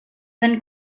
nan